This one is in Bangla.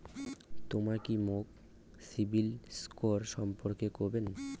তমা কি মোক সিবিল স্কোর সম্পর্কে কবেন?